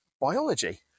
biology